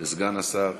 לסגן השר.